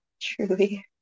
Truly